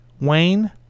Wayne